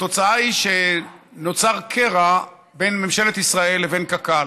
התוצאה היא שנוצר קרע בין ממשלת ישראל לבין קק"ל,